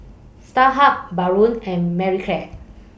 Starhub Braun and Marie Claire